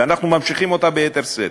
ואנחנו ממשיכים אותה ביתר שאת.